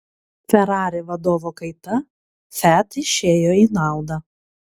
ferrari vadovo kaita fiat išėjo į naudą